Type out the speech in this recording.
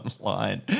online